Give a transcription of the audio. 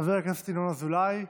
חבר הכנסת ינון אזולאי,